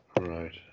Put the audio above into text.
Right